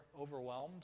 overwhelmed